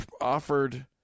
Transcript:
offered